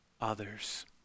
others